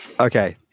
Okay